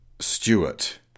Stewart